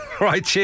right